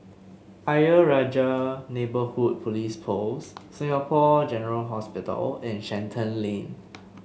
Ayer Rajah Neighbourhood Police Post Singapore General Hospital and Shenton Lane